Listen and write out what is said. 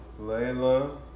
Layla